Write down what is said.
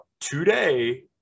today